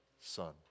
son